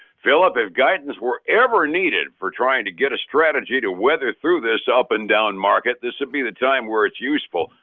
phillip, if guidance were ever needed for trying to get a strategy to weather through this up and down market, this would be the time where it's useful.